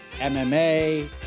MMA